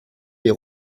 les